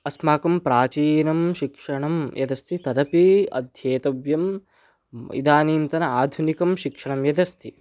अस्माकं प्राचीनं शिक्षणं यदस्ति तदपि अध्येतव्यम् इदानीन्तन आधुनिकं शिक्षणं यद् अस्ति